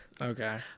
Okay